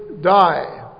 die